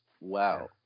wow